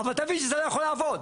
אבל תבין שזה לא יכול לעבוד.